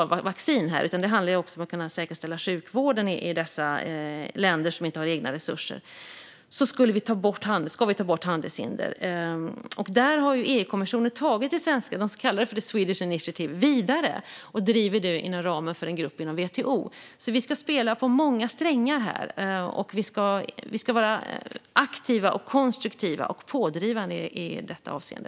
Det handlar om att vi ska ta bort handelshinder för att kunna säkerställa sjukvården i dessa länder som inte har egna resurser. Där har EU-kommissionen tagit detta så kallade Swedish Initiative vidare och driver det inom ramen för en grupp inom WTO. Vi ska spela på många strängar här. Vi ska vara aktiva, konstruktiva och pådrivande i detta avseende.